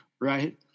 Right